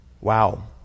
Wow